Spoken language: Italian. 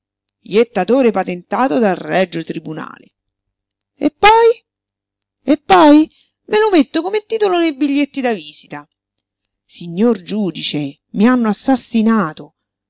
jettatore patentato dal regio tribunale e poi e poi me lo metto come titolo nei biglietti da visita signor giudice mi hanno assassinato